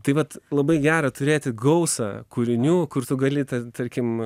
tai vat labai gera turėti gausą kūrinių kur tu gali ten tarkim